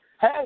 Hey